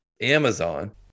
Amazon